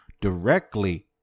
directly